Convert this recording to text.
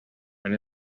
hari